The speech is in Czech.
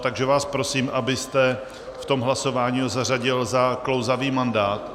Takže vás prosím, abyste ho v tom hlasování zařadil za klouzavý mandát.